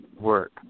work